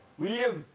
william.